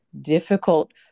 difficult